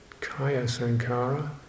kaya-sankara